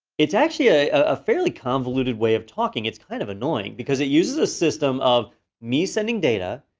it's actually ah a fairly convoluted way of talking, it's kind of annoying. because it uses a system of me sending data.